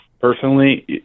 Personally